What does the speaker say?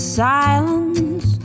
silence